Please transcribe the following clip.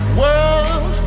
world